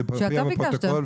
זה מופיע בפרוטוקול.